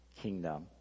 kingdom